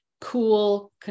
cool